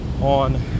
on